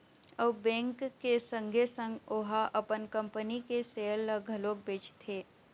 अउ बेंक के संगे संग ओहा अपन कंपनी के सेयर ल घलोक बेचथे